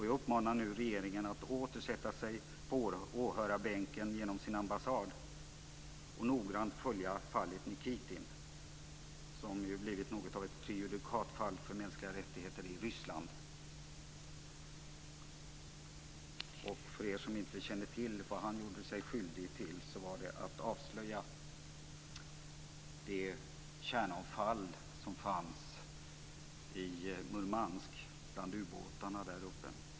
Jag uppmanar nu regeringen att åter sätta sig på åhörarbänken genom sin ambassad och noggrant följa fallet Nikitin, som blivit något av ett prejudikatfall för mänskliga rättigheter i Ryssland. För er som inte känner till vad han gjorde sig skyldig till var det att avslöja det kärnavfall som fanns bland ubåtarna i Murmansk.